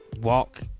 Walk